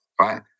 right